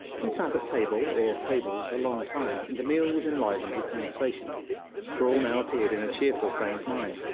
we sat at table or tables a long time, and the meal was enlivened with conversation for all now appeared in a cheerful frame of mind,